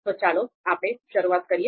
તો ચાલો આપણે શરૂઆત કરીએ